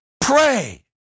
Pray